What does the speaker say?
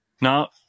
Now